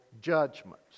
judgments